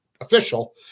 official